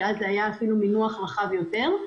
שזה נוסח רחב יותר.